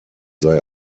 sei